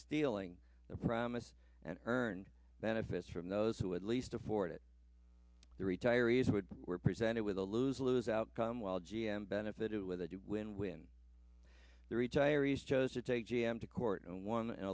stealing the promise and earned benefits from those who at least afford it the retirees would were presented with a lose lose outcome while g m benefited with a deal when when the retirees chose to take g m to court and won